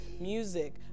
music